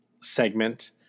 segment